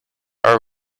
are